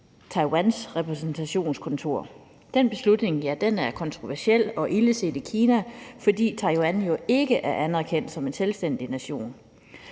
Taiwans repræsentationskontor, og ja, den beslutning er kontroversiel og ildeset i Kina, fordi Taiwan jo ikke er anerkendt som en selvstændig nation.